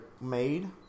made